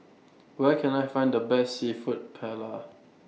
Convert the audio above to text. Where Can I Find The Best Seafood Paella